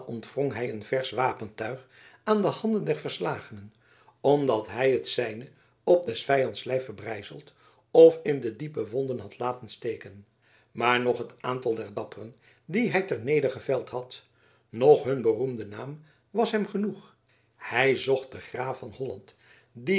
ontwrong hij een versch wapentuig aan de handen der verslagenen omdat hij het zijne op des vijands lijf verbrijzeld of in de diepe wonden had laten steken maar noch het aantal der dapperen die hij ter nedergeveld had noch hun beroemde naam was hem genoeg hij zocht den graaf van holland